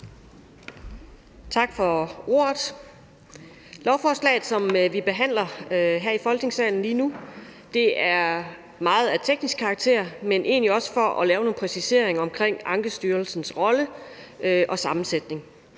Tak for ordet. Lovforslaget, som vi behandler her i Folketingssalen lige nu, er meget af teknisk karakter, men egentlig er det også for at lave nogle præciseringer omkring Ankestyrelsens rolle og sammensætning,